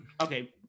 Okay